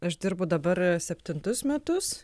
aš dirbu dabar septintus metus